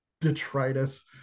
detritus